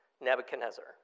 Nebuchadnezzar